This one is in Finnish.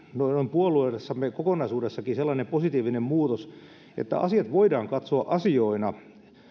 puolueessamme kokonaisuudessakin sellainen positiivinen muutos että asiat voidaan katsoa asioina